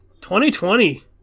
2020